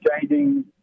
changing